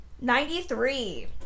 Ninety-three